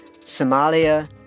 Somalia